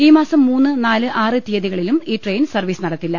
ഈ മാസം മൂന്ന് നാല് ആറ് തീയ്യതികളിലും ഈ ട്രെയിൻ സർവീസ് നടത്തില്ല